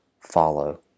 follow